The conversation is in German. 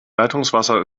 leitungswasser